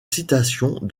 citations